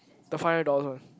the five hundred dollars one